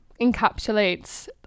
encapsulates